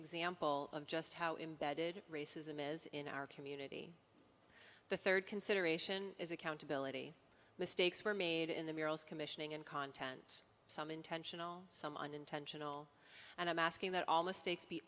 example of just how embedded racism is in our community the third consideration is accountability mistakes were made in the murals commissioning and contents some intentional some unintentional and i'm asking that al